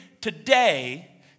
today